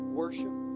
worship